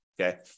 Okay